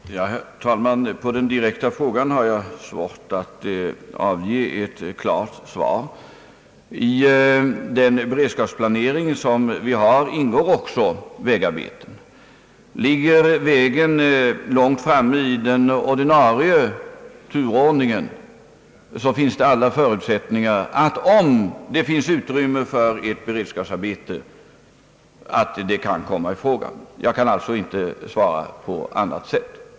Herr talman! På den direkta frågan har jag svårt att avge ett klart svar, I den beredskapsplanering som vi har ingår också vägarbeten. Ligger vägen långt framme i den ordinarie turordningen, finns det alla förutsättningar att ett beredskapsarbete, om det finns utrymme härför, kan komma i fråga. Jag kan inte svara på annat sätt.